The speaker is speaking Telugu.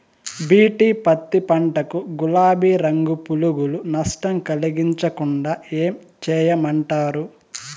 బి.టి పత్తి పంట కు, గులాబీ రంగు పులుగులు నష్టం కలిగించకుండా ఏం చేయమంటారు?